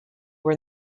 were